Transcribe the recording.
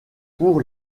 pour